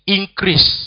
increase